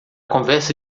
conversa